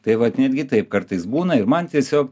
tai vat netgi taip kartais būna ir man tiesiog